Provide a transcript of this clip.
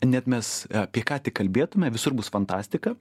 net mes apie ką tik kalbėtume visur bus fantastika